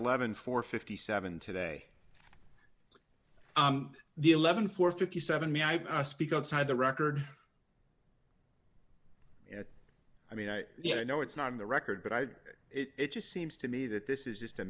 eleven for fifty seven today the eleven for fifty seven me i speak outside the record i mean i yeah i know it's not in the record but i had it just seems to me that this is just a